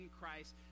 Christ